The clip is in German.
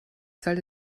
sollte